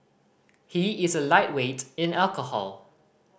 he is a lightweight in alcohol